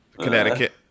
Connecticut